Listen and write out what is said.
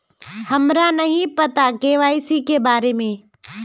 हमरा नहीं पता के.वाई.सी के बारे में?